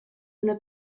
una